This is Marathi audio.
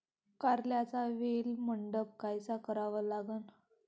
कारल्याचा वेल मंडप कायचा करावा लागन?